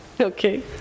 Okay